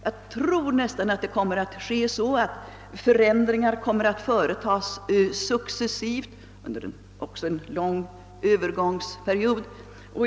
Jag tror närmast att förändringar kommer att företas successivt under en relativt lång över gångsperiod.